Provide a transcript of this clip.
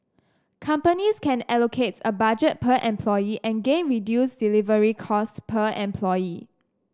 companies can allocate a budget per employee and gain reduced delivery cost per employee